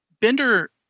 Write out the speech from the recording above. Bender